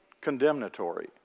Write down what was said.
condemnatory